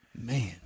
Man